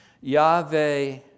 Yahweh